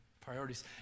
priorities